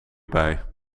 bij